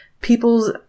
people's